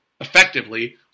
effectively